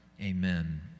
Amen